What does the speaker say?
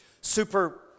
super